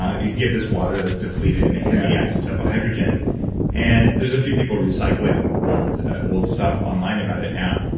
ah you can get this water that's depleted in heavy isotropic hydrogen and there's a few people recycling old ah old stuff online about it now,